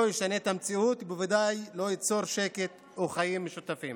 לא ישנה את המציאות ובוודאי לא ייצור שקט או חיים משותפים.